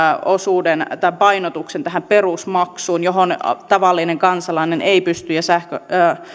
painotuksen tähän perusmaksuun johon tavallinen kansalainen ja